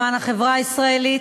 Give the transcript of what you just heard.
למען החברה הישראלית,